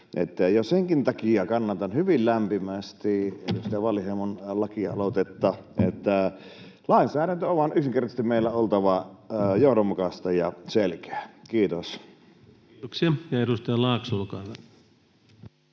senkin takia kannatan hyvin lämpimästi edustaja Wallinheimon lakialoitetta. Lainsäädännön on vain yksinkertaisesti meillä oltava johdonmukaista ja selkeää. — Kiitos. [Speech 220] Speaker: